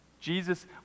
Jesus